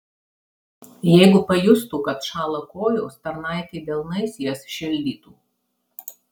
jeigu pajustų kad šąla kojos tarnaitė delnais jas šildytų